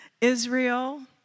Israel